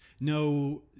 no